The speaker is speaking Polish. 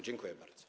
Dziękuję bardzo.